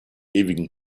ewigen